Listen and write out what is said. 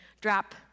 drop